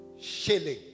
shilling